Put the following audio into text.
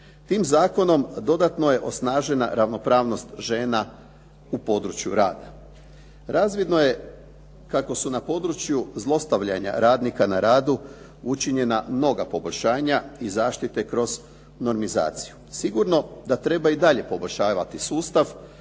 Tim zakonom dodatno je osnažena ravnopravnost žena u području rada. Razvidno je kako su na području zlostavljanja radnika na radu učinjena mnoga poboljšanja iz zaštite kroz normizaciju. Sigurno da treba i dalje poboljšavati sustav